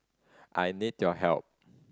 I need your help